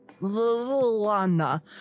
Lana